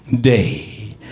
day